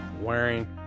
Wearing